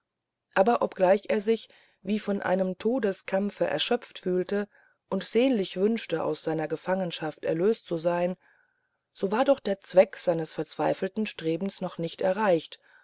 aber obgleich er sich wie von einem todeskampfe erschöpft fühlte und sehnlich wünschte aus seiner gefangenschaft erlöst zu sein so war doch der zweck seines verzweifelten strebens noch nicht erreicht